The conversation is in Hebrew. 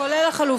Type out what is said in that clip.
כולל לחלופין.